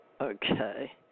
okay